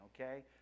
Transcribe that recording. okay